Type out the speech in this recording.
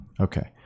okay